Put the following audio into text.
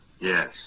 yes